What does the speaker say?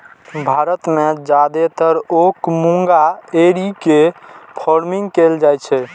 भारत मे जादेतर ओक मूंगा एरी के फार्मिंग कैल जाइ छै